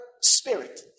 spirit